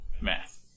Math